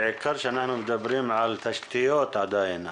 בעיקר שאנחנו מדברים על תשתיות עדיין,